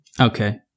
Okay